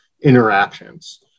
interactions